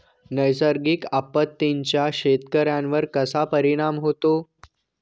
नैसर्गिक आपत्तींचा शेतकऱ्यांवर कसा परिणाम होतो?